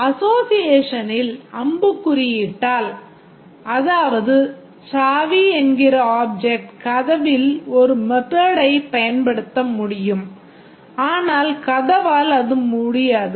அசோஸியேஷனில் அம்புக்குறியிட்டால் அதாவது சாவி என்கிற ஆப்ஜெக்ட் கதவில் ஒரு method ஐப் பயன்படுத்த முடியும் ஆனால் கதவால் அது முடியாது